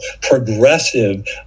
progressive